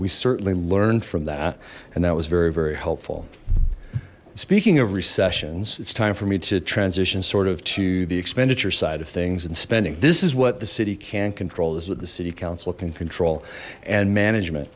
we certainly learned from that and that was very very helpful speaking of recessions it's time for me to transition sort of to the expenditure side of things and spending this is what the city can't control this with the city council can control and management